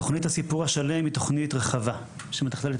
תכנית "הסיפור השלם" היא תוכנית רחבה שמתכללת